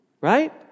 Right